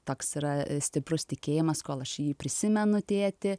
toks yra stiprus tikėjimas kol aš jį prisimenu tėtį